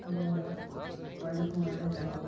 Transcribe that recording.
ଆମେ ପାଣିକୁ ଆମେ